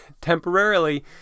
temporarily